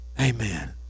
Amen